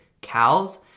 cows